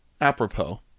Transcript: apropos